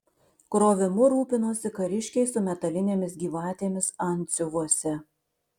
krovimu rūpinosi kariškiai su metalinėmis gyvatėmis antsiuvuose